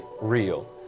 real